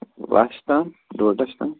لچھ تام ڈۄڈ لچھ تام